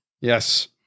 Yes